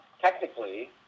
technically